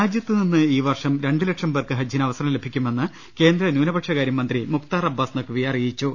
രാജ്യത്ത് നിന്ന് ഈ വർഷം രണ്ട് ലക്ഷം പേർക്ക് ഹജ്ജിന് അവസരം ലഭിക്കുമെന്ന് കേന്ദ്ര ന്യൂനപക്ഷ കാര്യ മന്ത്രി മുഖ്താർ അബ്ബാസ് നഖ്വി അറിയിച്ചു